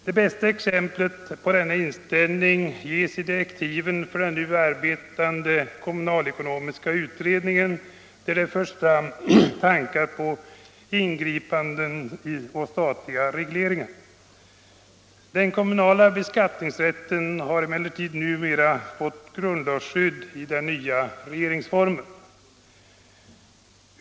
Det bästa exemplet på denna inställning ges i direktiven för den nu arbetande kommunalekonomiska utredningen, där det förs fram tankar på ingripande statliga regleringar. Den kommunala beskattningsrätten har emellertid numera fått grundlagsskydd i den nya regeringsformen.